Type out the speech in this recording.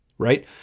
right